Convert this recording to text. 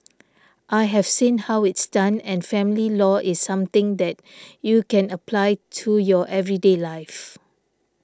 I have seen how it's done and family law is something that you can apply to your everyday life